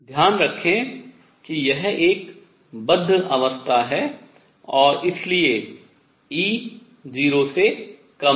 ध्यान रखें कि यह एक बद्ध अवस्था है और इसलिए E 0 से कम है